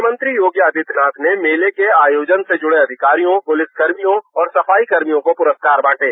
मुख्यमंत्री योगी आदित्यनाथ ने मेले के आयोजन से जूडे अधिकारियों पुलिस कर्मियोंऔर सफाई कर्मियों को पुरस्कार बांटे